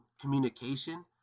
communication